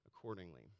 accordingly